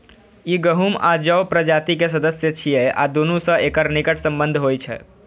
ई गहूम आ जौ प्रजाति के सदस्य छियै आ दुनू सं एकर निकट संबंध होइ छै